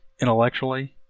intellectually